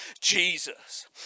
Jesus